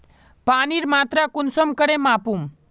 पानीर मात्रा कुंसम करे मापुम?